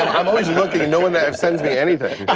i'm always looking and no one sends me anything.